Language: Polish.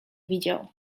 widział